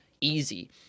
easy